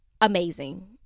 Amazing